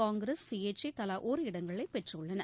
காங்கிரஸ் சுயேச்சை தலா ஒரு இடங்களை பெற்றுள்ளன